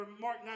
Mark